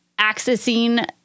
accessing